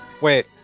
Wait